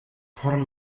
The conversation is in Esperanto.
por